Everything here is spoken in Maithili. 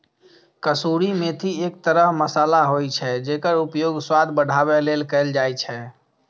कसूरी मेथी एक तरह मसाला होइ छै, जेकर उपयोग स्वाद बढ़ाबै लेल कैल जाइ छै